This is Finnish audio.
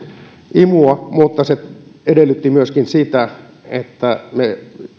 imua mutta se edellytti myöskin sitä että me